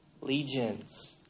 Legions